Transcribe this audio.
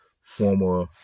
former